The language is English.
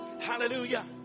hallelujah